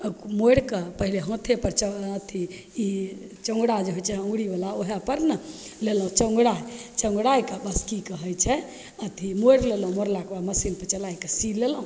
सबके मोड़िके पहिले हाथेपर अथी चङ्गुरा जे होइ छै अङ्गुरीवला वएहपर ने लेलहुँ चङ्गुरा चुङ्गरैके बस कि कहै छै अथी मोड़ि लेलहुँ मोड़लाके बाद मशीनसे चलैके सी लेलहुँ